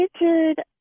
Richard